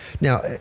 Now